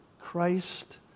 Christ